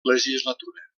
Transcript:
legislatura